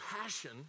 passion